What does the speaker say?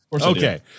Okay